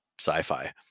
sci-fi